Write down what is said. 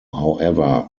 however